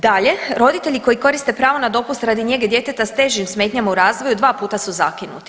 Dalje, roditelji koji koriste pravo na dopust radi njege djeteta s težim smetnjama u razvoju dva puta su zakinuti.